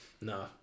no